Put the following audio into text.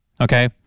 okay